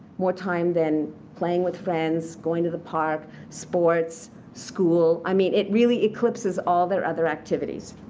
more time than playing with friends, going to the park, sports, school. i mean it really eclipses all their other activities.